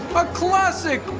but classic!